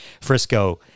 Frisco